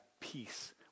peace